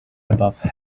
above